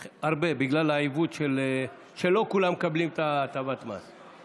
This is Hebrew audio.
הרבה, בגלל העיוות, שלא כולם מקבלים את הטבת המס.